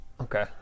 Okay